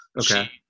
Okay